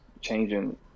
changing